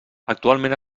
actualment